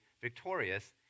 victorious